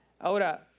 Ahora